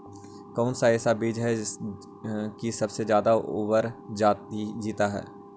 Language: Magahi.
कौन सा ऐसा बीज है की सबसे ज्यादा ओवर जीता है?